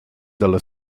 dalla